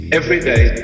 everyday